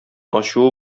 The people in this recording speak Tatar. ачуы